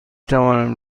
توانم